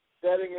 setting